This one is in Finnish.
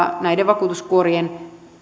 näiden vakuutuskuorien